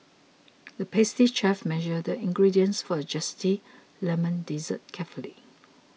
the pastry chef measured the ingredients for a Zesty Lemon Dessert carefully